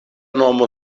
nomo